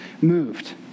moved